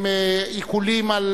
עיקולים על